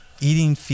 eating